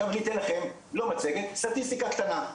עכשיו אני אתן לכם לא מצגת, סטטיסטיקה קטנה.